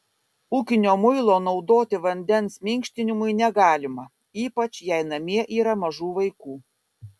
ūkinio muilo naudoti vandens minkštinimui negalima ypač jei namie yra mažų vaikų